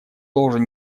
должен